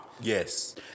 Yes